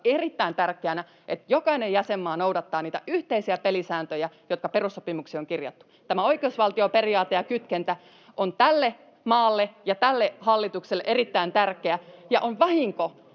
erittäin tärkeänä, että jokainen jäsenmaa noudattaa niitä yhteisiä pelisääntöjä, jotka perussopimukseen on kirjattu. Tämä oikeusvaltioperiaate ja -kytkentä on tälle maalle ja tälle hallitukselle erittäin tärkeä, ja on vahinko,